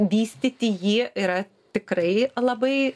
vystyti jį yra tikrai labai